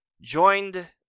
Joined